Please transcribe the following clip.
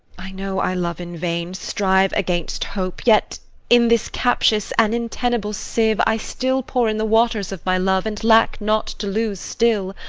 i know i love in vain, strive against hope yet in this captious and intenible sieve i still pour in the waters of my love, and lack not to lose still.